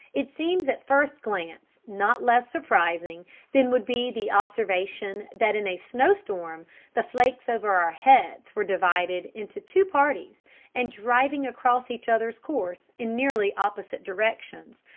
it seems at first glance not less surprising than would be the observation that in a snow-storm the flakes over our heads were divided into two parties and driving across each other's course in nearly opposite directions,